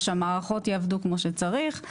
ושהמערכות יעבדו כמו שצריך.